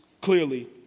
clearly